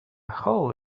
hole